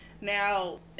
Now